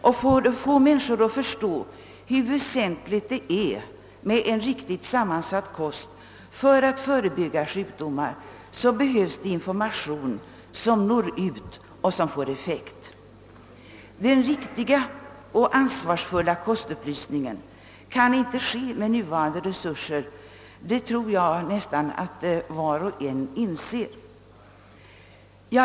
För att få människor att förstå, hur viktig en rätt sammansatt kost är då det gäller att förebygga sjukdomar, behöver man information som går ut till människorna och som får effekt. En riktig och ansvarsfull kostupplysning kan inte ske med nuvarande resurser — det tror jag var och en inser.